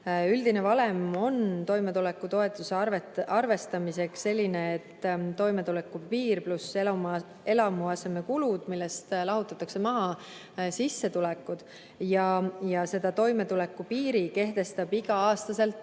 Üldine valem on toimetulekutoetuse arvestamiseks selline, et [võetakse] toimetulekupiir pluss eluasemekulud, millest lahutatakse maha sissetulekud. Ja selle toimetulekupiiri kehtestab igal aastal